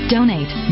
Donate